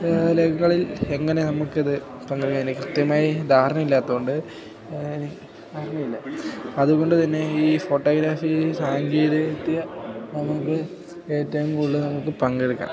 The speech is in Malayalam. എങ്ങനെ നമുക്കിത് കൃത്യമായി ധാരണ ഇല്ലാത്തതുകൊണ്ട് അറിയില്ല അതുകൊണ്ടുതന്നെ ഈ ഫോട്ടോഗ്രാഫി സാങ്കേതിക വിദ്യ നമുക്ക് ഏറ്റവും കൂടുതല് നമുക്ക് പങ്കെടുക്കാം